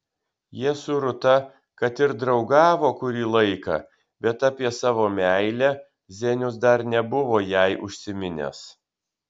jie su rūta kad ir draugavo kurį laiką bet apie savo meilę zenius dar nebuvo jai užsiminęs